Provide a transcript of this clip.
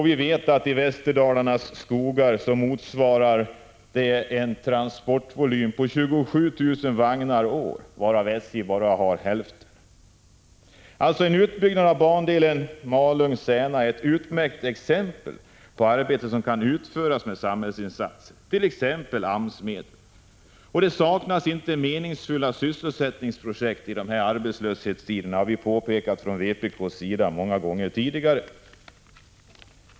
I Västerdalarnas skogar motsvarar behovet en transportvolym per år på 27 000 vagnar, varav SJ bara har hälften. En utbyggnad av bandelen Malung-Särna är alltså ett utmärkt exempel på arbete som kan utföras med samhällsinsatser, bl.a. AMS-medel. Det saknas inte meningsfulla sysselsättningsprojekt i dessa arbetslöshetstider, har vi påpekat från vpk:s sida många gånger tidigare.